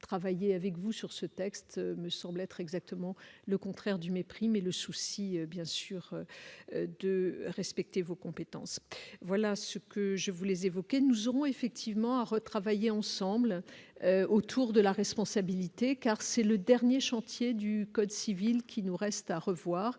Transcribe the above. travailler avec vous sur ce texte me semble être exactement le contraire du mépris, mais le souci bien sûr de respecter vos compétences, voilà ce que je vous les évoquez nous aurons effectivement à retravailler ensemble autour de la responsabilité, car c'est le dernier chantier du code civil qui nous reste à revoir